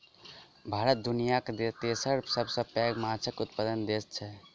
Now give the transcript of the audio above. भारत दुनियाक तेसर सबसे पैघ माछक उत्पादक देस छै